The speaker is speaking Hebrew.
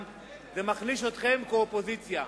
זה מחליש אתכם כאופוזיציה.